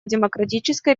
демократической